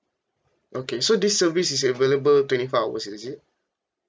okay so this service is available twenty four hours is it